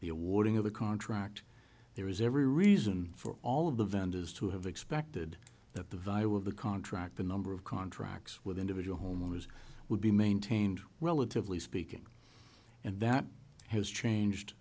the awarding of the contract there is every reason for all of the vendors to have expected that the vibe of the contract the number of contracts with individual homeowners would be maintained relatively speaking and that has changed